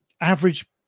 average